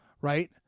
Right